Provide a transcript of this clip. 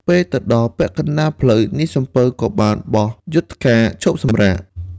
ពេលទៅដល់ពាក់កណ្ដាលផ្លូវ នាយសំពៅក៏បានបោះយុថ្កាឈប់សម្រាក។